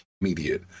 immediate